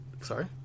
Sorry